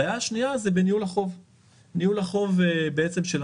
הבעיה השנייה זה בניהול החוב של המדינה.